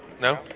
No